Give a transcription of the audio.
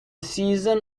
season